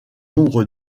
nombre